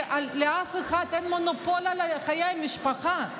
כי לאף אחד אין מונופול על חיי המשפחה.